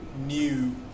New